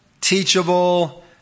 teachable